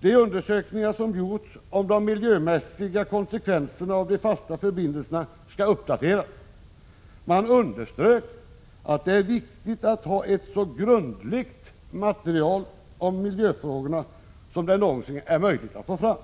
De undersökningar som gjorts om de miljömässiga konsekvenserna av de fasta förbindelserna skulle uppdateras. Man underströk att det är viktigt att ha ett så grundligt material om miljöfrågorna som det någonsin är möjligt att få fram.